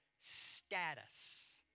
status